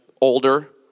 older